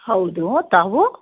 ಹೌದು ತಾವು